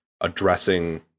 addressing